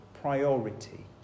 priority